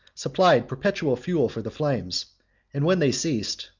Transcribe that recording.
supplied perpetual fuel for the flames and when they ceased,